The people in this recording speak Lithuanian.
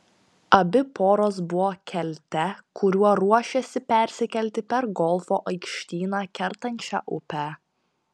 abi poros buvo kelte kuriuo ruošėsi persikelti per golfo aikštyną kertančią upę